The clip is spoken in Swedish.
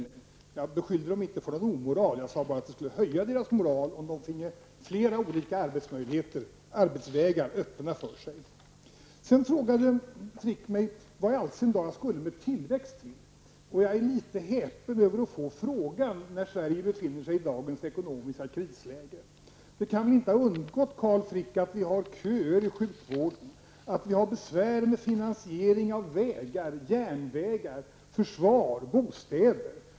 Jag beskyllde dem inte för någon omoral. Jag sade bara att det skulle höja deras moral om de finge flera olika arbetsmöjligheter och arbetsvägar öppna för sig. Sedan frågade Carl Frick mig vad i allsin dar jag skulle med tillväxt till. Jag är litet häpen över att få frågan när Sverige befinner sig i dagens ekonomiska krisläge. Det kan väl inte ha undgått Carl Frick att vi har köer i sjukvården, att vi har besvär med finansiering av vägar, järnvägar, försvar och bostäder.